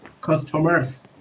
customers